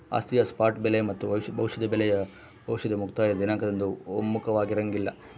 ಆಸ್ತಿಯ ಸ್ಪಾಟ್ ಬೆಲೆ ಮತ್ತು ಭವಿಷ್ಯದ ಬೆಲೆಯು ಭವಿಷ್ಯದ ಮುಕ್ತಾಯ ದಿನಾಂಕದಂದು ಒಮ್ಮುಖವಾಗಿರಂಗಿಲ್ಲ